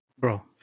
bro